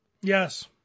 yes